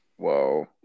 whoa